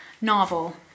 novel